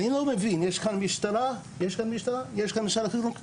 אני לא מבין, יש כאן דלאל אל-מוגרבי.